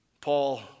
Paul